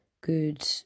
good